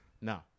no